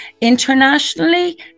Internationally